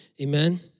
Amen